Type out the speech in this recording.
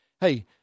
hey